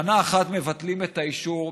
שנה אחת מבטלים את האישור,